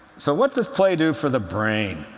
so what does play do for the brain?